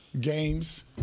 games